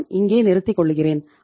நான் இங்கே நிறுத்திக்கொள்ளுகிறேன்